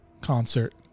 concert